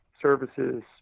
services